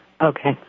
Okay